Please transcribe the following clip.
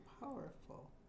powerful